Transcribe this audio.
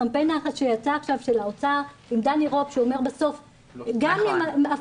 הקמפיין שיצא של האוצר עם דני רופ שאומר בסוף 'גם אם השמיים